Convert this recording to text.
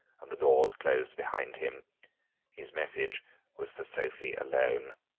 and the doors closed behind him his message was for sophie alone.